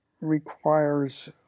requires